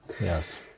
Yes